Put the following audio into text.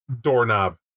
doorknob